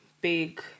big